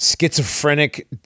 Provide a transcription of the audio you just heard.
schizophrenic